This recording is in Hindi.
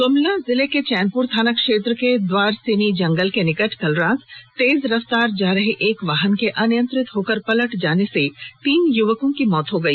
गुमला जिले के चैनपुर थाना क्षेत्र के द्वारसैनी जंगल के निकट बीती रात तेज रफ्तार से जा रहे एक वाहन के अनियंत्रित होकर पलट जाने से तीन युवकों की मौत हो गई